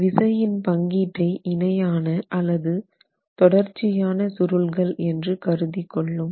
விசையின் பங்கீட்டை இணையான அல்லது தொடர்ச்சியான சுருள்கள் என்று கருதிக் கொள்ளும்